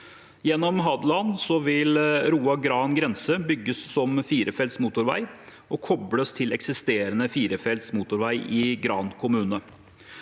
Gjennom Hadeland vil strekningen Roa–Gran grense bygges som firefelts motorvei og kobles til eksisterende firefelts motorvei i Gran kommune.